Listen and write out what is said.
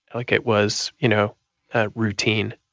like it was you know ah routine.